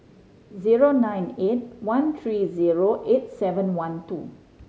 zero nine eight one three zero eight seven one two